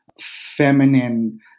feminine